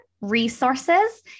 Resources